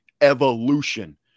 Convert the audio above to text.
evolution